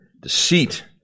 deceit